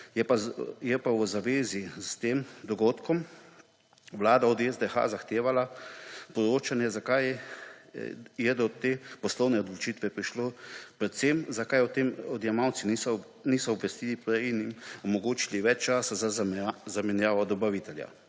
Je pa v zvezi s tem dogodkom Vlada od SDH zahtevala poročanje, zakaj je do te poslovne odločitve prišlo, predvsem zakaj o tem odjemalcev niso obvestili in jim omogočili več časa za zamenjavo dobavitelja.